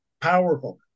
powerful